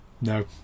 No